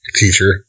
teacher